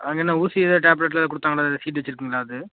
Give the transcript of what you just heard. அங்கே என்ன ஊசி எதாது டேப்லெட்லாம் கொடுத்தாங்களா சீட் ஏதாவது வச்சிருக்கீங்களா அது